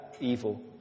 evil